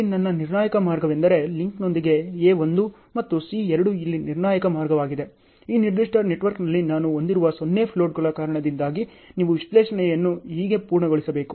ಇಲ್ಲಿ ನನ್ನ ನಿರ್ಣಾಯಕ ಮಾರ್ಗವೆಂದರೆ ಲಿಂಕ್ನೊಂದಿಗೆ A 1 ಮತ್ತು C 2 ಇಲ್ಲಿ ನಿರ್ಣಾಯಕ ಮಾರ್ಗವಾಗಿದೆ ಈ ನಿರ್ದಿಷ್ಟ ನೆಟ್ವರ್ಕ್ನಲ್ಲಿ ನಾನು ಹೊಂದಿರುವ 0 ಫ್ಲೋಟ್ಗಳ ಕಾರಣದಿಂದಾಗಿ ನೀವು ವಿಶ್ಲೇಷಣೆಯನ್ನು ಹೇಗೆ ಪೂರ್ಣಗೊಳಿಸಬೇಕು